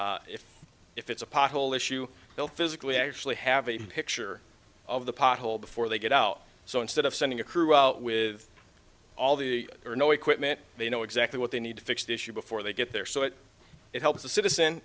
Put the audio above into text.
e if if it's a pothole issue they'll physically actually have a picture of the pothole before they get out so instead of sending a crew out with all the or no equipment they know exactly what they need to fix the issue before they get there so it helps the citizen